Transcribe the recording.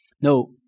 No